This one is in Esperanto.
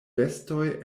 bestoj